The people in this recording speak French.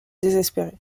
désespérer